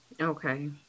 Okay